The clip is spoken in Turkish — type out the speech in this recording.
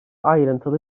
ayrıntılı